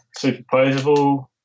superposable